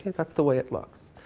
that's the way it looks.